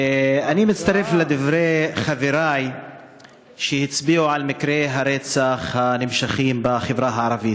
אני מצטרף לדברי חברי שהצביעו על מקרי הרצח הנמשכים בחברה הערבית.